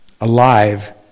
alive